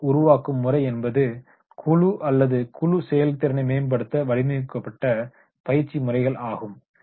குழு உருவாக்கும் முறை என்பது குழு அல்லது குழு செயல்திறனை மேம்படுத்த வடிவமைக்கப்பட்ட பயிற்சி முறைகள் ஆகும்